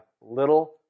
little